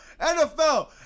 NFL